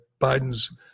Biden's